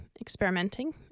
experimenting